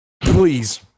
please